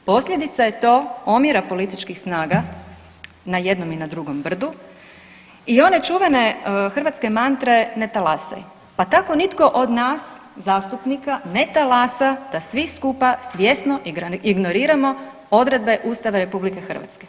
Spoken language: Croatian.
Posljedica je to omjera političkih snaga na jednom i na drugom brdu i one čuvene hrvatske mantre ne talasaj, pa tako nitko od nas zastupnika ne talasa da svi skupa svjesno ignoriramo odredbe Ustava RH.